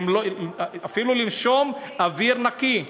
אפילו לנשום אוויר נקי.